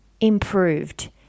improved